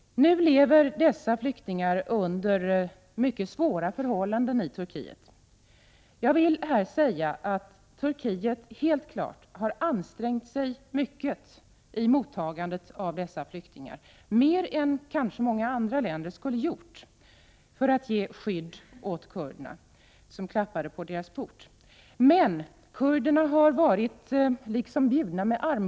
Nu lever dessa flyktingar i Turkiet under mycket svåra förhållanden. Turkiet har ansträngt sig mycket vid mottagandet av dessa flyktingar, mer än många andra länder kanske skulle ha gjort för att ge skydd åt kurderna som klappat på deras port. Men kurderna har så att säga varit bjudna med Prot.